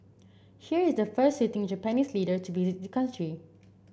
here is the first sitting Japanese leader to be visit these country